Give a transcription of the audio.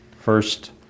first